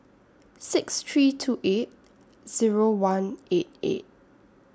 six three two eight Zero one eight eight